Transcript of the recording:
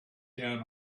down